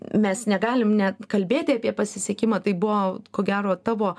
mes negalim net kalbėti apie pasisekimą tai buvo ko gero tavo